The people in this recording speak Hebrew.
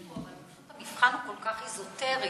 המבחן כל כך אזוטרי,